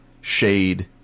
shade